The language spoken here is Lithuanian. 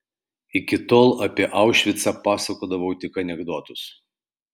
iki tol apie aušvicą pasakodavau tik anekdotus